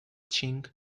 ching